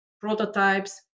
prototypes